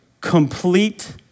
complete